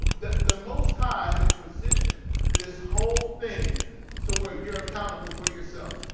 the the most high has positioned this whole thing so where you're accountable for yourself?